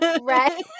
Right